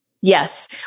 Yes